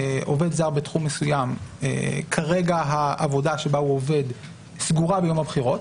עובד זר בתחום מסוים כרגע העבודה שבה הוא עובד סגורה ביום בחירות